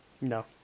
No